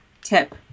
tip